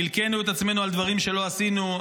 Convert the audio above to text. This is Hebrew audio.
הלקינו את עצמנו על דברים שלא עשינו,